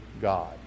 God